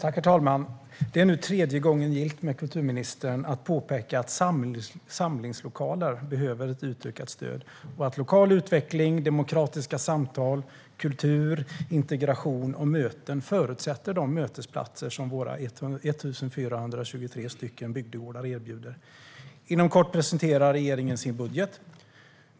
Herr talman! Det är nu tredje gången gillt som det påpekas för kulturministern att samlingslokaler behöver ett utökat stöd och att lokal utveckling, demokratiska samtal, kultur, integration och möten förutsätter de mötesplatser som våra 1 423 bygdegårdar erbjuder. Inom kort presenterar regeringen sin budget.